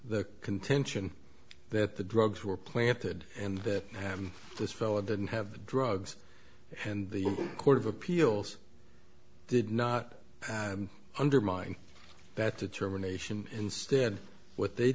the contention that the drugs were planted and that this fellow didn't have drugs and the court of appeals did not undermine that determination instead what they